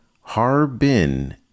Harbin